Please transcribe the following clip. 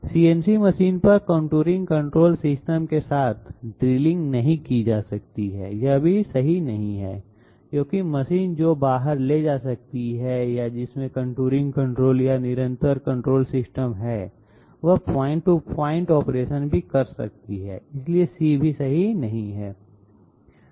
CNC machine पर contouring control system के साथ ड्रिलिंग नहीं की जा सकती है यह भी सही नहीं है क्योंकि मशीन जो बाहर ले जा सकती है या जिसमें कंटूरिंग कंट्रोल या निरंतर कंट्रोल सिस्टम है वह पॉइंट टू पॉइंट ऑपरेशन भी कर सकती है इसलिए C भी सही बात नहीं है